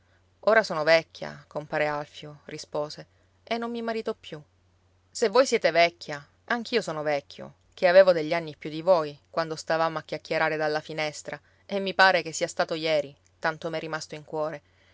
ora sono vecchia compare alfio rispose e non mi marito più se voi siete vecchia anch'io sono vecchio ché avevo degli anni più di voi quando stavamo a chiacchierare dalla finestra e mi pare che sia stato ieri tanto m'è rimasto in cuore